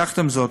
יחד עם זאת,